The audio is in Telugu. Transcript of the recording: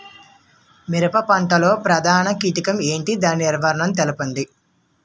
మిరప పంట లో ప్రధాన కీటకం ఏంటి? దాని నివారణ తెలపండి?